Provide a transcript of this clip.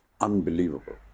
unbelievable